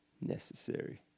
necessary